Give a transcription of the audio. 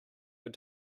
your